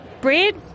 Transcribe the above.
bread